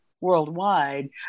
worldwide